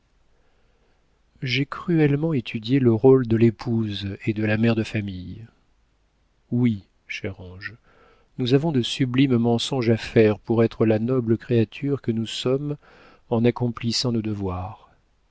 j'ai cruellement étudié le rôle de l'épouse et de la mère de famille oui chère ange nous avons de sublimes mensonges à faire pour être la noble créature que nous sommes en accomplissant nos devoirs